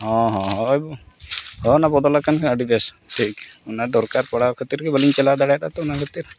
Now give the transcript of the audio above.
ᱦᱮᱸ ᱦᱮᱸ ᱦᱳᱭ ᱦᱮᱸ ᱚᱱᱟ ᱵᱚᱫᱚᱞ ᱟᱠᱟᱱ ᱠᱷᱟᱱ ᱟᱹᱰᱤ ᱵᱮᱹᱥ ᱴᱷᱤᱠ ᱚᱱᱟ ᱫᱚᱨᱠᱟᱨ ᱯᱟᱲᱟᱣ ᱠᱷᱟᱹᱛᱤᱨ ᱜᱮ ᱵᱟᱹᱞᱤᱧ ᱪᱟᱞᱟᱣ ᱫᱟᱲᱮᱭᱟᱫᱟ ᱛᱚ ᱚᱱᱟ ᱠᱷᱟᱹᱛᱤᱨ